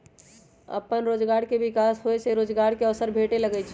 अप्पन रोजगार के विकास होय से रोजगार के अवसर भेटे लगैइ छै